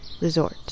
Resort